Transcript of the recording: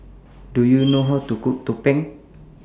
Do YOU know How to Cook Tumpeng